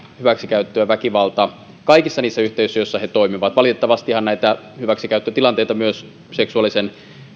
hyväksikäyttö ja väkivalta kaikissa niissä yhteisöissä joissa he toimivat valitettavastihan hyväksikäyttötilanteita myös seksuaalisen